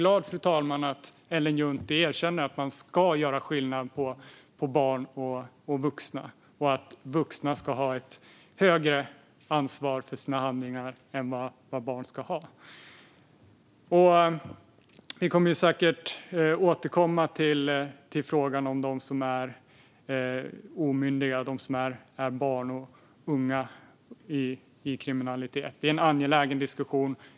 Jag är glad att Ellen Juntti erkänner att man ska göra skillnad på barn och vuxna och att vuxna ska ha ett större ansvar för sina handlingar än barn ska ha. Vi kommer säkert att återkomma till frågan om omyndiga, barn och unga, i kriminalitet. Det är en angelägen diskussion.